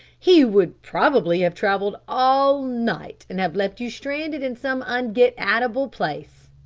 he would probably have travelled all night and have left you stranded in some un-get-at-able place.